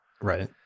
right